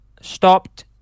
stopped